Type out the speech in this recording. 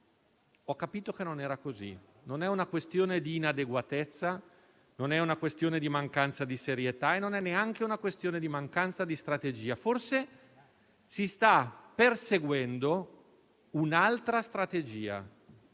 ho capito che non era così; non è una questione di inadeguatezza, non è una questione di mancanza di serietà e non è neanche una questione di mancanza di strategia. Forse si sta perseguendo un altro piano strategico